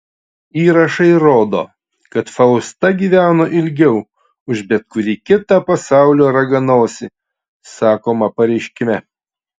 įrašai rodo kad fausta gyveno ilgiau už bet kurį kitą pasaulio raganosį sakoma pareiškime